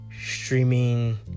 streaming